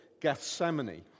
Gethsemane